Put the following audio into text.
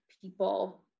people